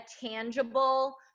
tangible